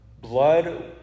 blood